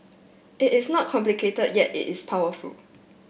it is not complicated yet it is powerful